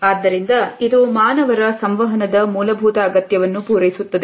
ಆದ್ದರಿಂದ ಇದು ಮಾನವರ ಸಂವಹನದ ಮೂಲಭೂತ ಅಗತ್ಯವನ್ನು ಪೂರೈಸುತ್ತದೆ